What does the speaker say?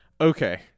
Okay